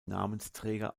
namensträger